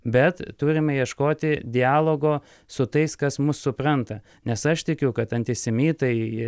bet turime ieškoti dialogo su tais kas mus supranta nes aš tikiu kad antisemitai